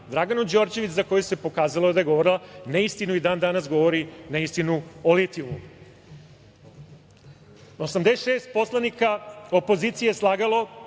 Draganu Đorđević za koju se pokazalo da je govorila neistinu i dan danas govori neistinu o litijumu. Osamdeset šest poslanika opozicije je slagalo,